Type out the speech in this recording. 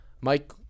Mike